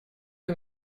que